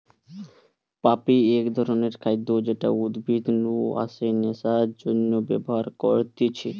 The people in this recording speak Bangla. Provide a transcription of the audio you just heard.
পপি এক ধরণের খাদ্য যেটা উদ্ভিদ নু আসে নেশার জন্যে ব্যবহার করতিছে